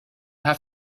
have